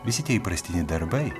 visi tie įprastiniai darbai